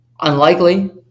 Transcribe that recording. Unlikely